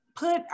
Put